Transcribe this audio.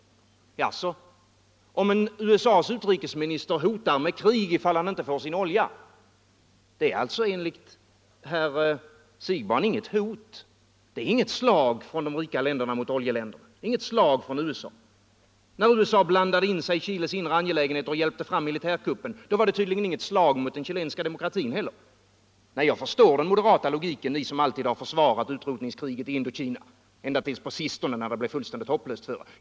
Om USA:s utrikesminister hotar med krig ifall han inte får sin olja, så är det alltså enligt herr Siegbahn inget hot, inget slag från de rika länderna mot oljeländerna, inget slag från USA. När USA blandade sig i Chiles inre angelägenheter och hjälpte fram militärjuntan, då var det tydligen inget slag mot den chilenska demokratin heller. Nej, jag förstår den moderata logiken — ni moderater som alltid har försvarat utrotningskriget i Indokina, ända tills det på sistone blev fullständigt hopplöst för er.